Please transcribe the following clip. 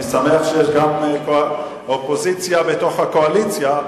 טוב, אני שמח שיש גם אופוזיציה בתוך הקואליציה.